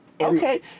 okay